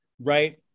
Right